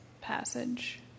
passage